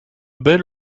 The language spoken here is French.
bel